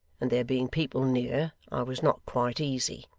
and there being people near i was not quite easy.